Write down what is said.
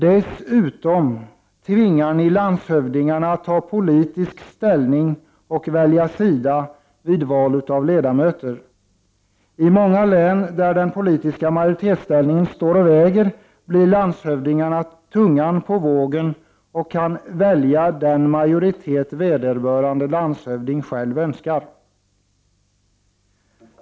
Dessutom tvingar ni landshövdingarna att ta politisk ställning och välja sida vid val av ledamöter. I många län där den politiska majoritetsställningen står och väger blir landshövdingarna tungan på vågen och kan välja den majoritet vederbörande landshövding själv önskar.